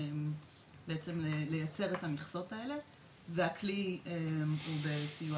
בעצם לייצר את המכסות האלה והכלי הוא בסיוע